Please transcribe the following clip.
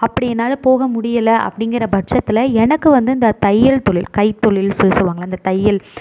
அப்படி என்னால் போக முடியலை அப்படிங்கற பட்சத்தில் எனக்கு வந்து இந்த தையல் தொழில் கை தொழில் சொல்லி சொல்வாங்க அந்த தையல்